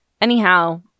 Anyhow